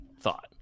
thought